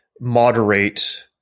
moderate